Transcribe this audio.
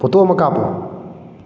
photo ꯑꯃ ꯀꯥꯞꯄꯨ